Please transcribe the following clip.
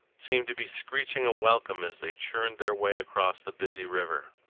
seemed to be screeching a welcome as they churned their way across the busy river.